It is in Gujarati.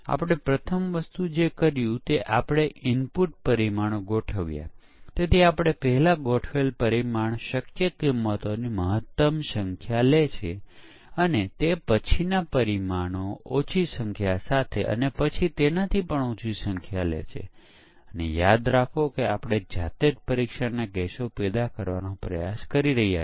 આપણે હમણાં કહ્યું હતું કે એકમ માટેનો કોડ પૂર્ણ થયા પછી તરત જ એકમ પરીક્ષણ હાથ ધરવામાં આવે છે આપણે કહ્યું એકમ એક કાર્ય હોઈ શકે છે તે મોડ્યુલ પણ હોઈ શકે છે ઑબ્જેક્ટ ઓરિએન્ટેશનમાં તે એક વર્ગ હોઈ શકે છે તે ઘટક આધારીત વિકાસમાં એક ઘટક હોય શકે છે